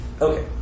okay